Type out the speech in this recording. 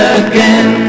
again